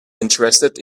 interested